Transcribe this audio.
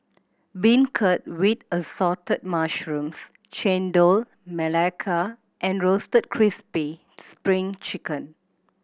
beancurd with Assorted Mushrooms Chendol Melaka and Roasted Crispy Spring Chicken